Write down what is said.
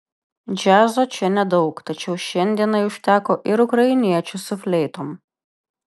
džiazo čia nedaug tačiau šiandienai užteko ir ukrainiečių su fleitom